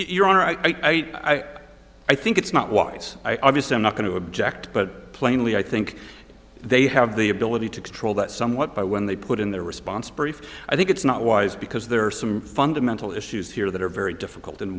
honor i i think it's not wise i obviously i'm not going to object but plainly i think they have the ability to control that somewhat by when they put in their response brief i think it's not wise because there are some fundamental issues here that are very difficult